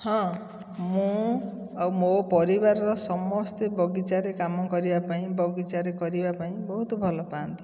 ହଁ ମୁଁ ଆଉ ମୋ ପରିବାରର ସମସ୍ତେ ବଗିଚାରେ କାମ କରିବା ପାଇଁ ବଗିଚାରେ କରିବା ପାଇଁ ବହୁତ ଭଲ ପାଆନ୍ତି